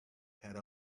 had